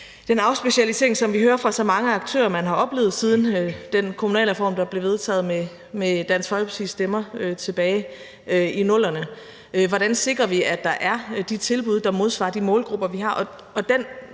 den afspecialisering, som vi hører fra så mange aktører at man har oplevet siden den kommunalreform, der blev vedtaget med Dansk Folkepartis stemmer tilbage i 00'erne. Hvordan sikrer vi, at der er de tilbud, der modsvarer de målgrupper, vi har?